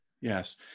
Yes